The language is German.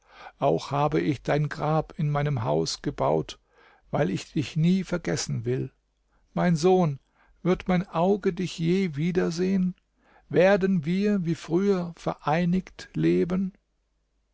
auch habe ich dein grab in meinem haus gebaut weil ich dich nie vergessen will mein sohn wird mein auge dich je wiedersehen werden wir wie früher vereinigt leben